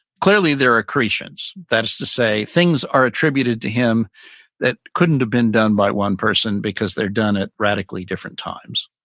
clearly there are accretions, that is to say things are attributed to him that couldn't have been done by one person because they're done at radically different times,